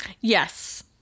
Yes